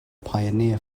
pioneer